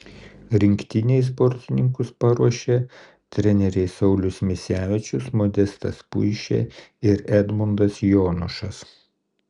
rinktinei sportininkus paruošė treneriai saulius misevičius modestas puišė ir edmundas jonušas